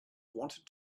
wanted